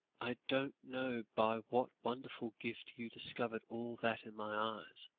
i don't know by what wonderful gift you discovered all that in my eyes